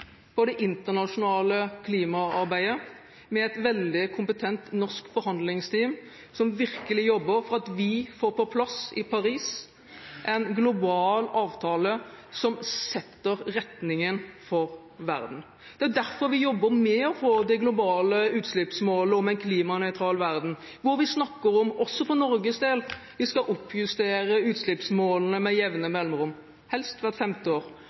på det internasjonale klimaarbeidet, med et veldig kompetent norsk forhandlingsteam som virkelig jobber for at vi i Paris får på plass en global avtale som setter retningen for verden. Det er derfor vi jobber med å få til det globale utslippsmålet om en klimanøytral verden, hvor vi også for Norges del snakker om at vi skal oppjustere utslippsmålene med jevne mellomrom, helst hvert femte år